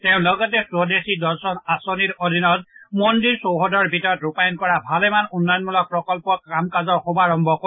তেওঁ লগতে খবদেশী দৰ্শন আঁচনিৰ অধীনত মন্দিৰ চৌহদৰ ভিতৰত ৰূপায়ণ কৰা ভালেমান উন্নয়নমূলক প্ৰকল্পৰ কাম কাজৰ শুভাৰম্ভ কৰিব